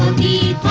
the